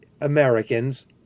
Americans